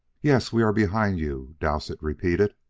yes, we are behind you, dowsett repeated.